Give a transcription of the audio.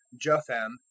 jotham